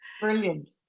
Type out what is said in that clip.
Brilliant